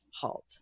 halt